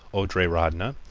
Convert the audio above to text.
o triratna,